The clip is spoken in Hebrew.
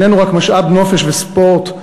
איננו רק משאב נופש וספורט,